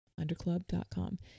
Underclub.com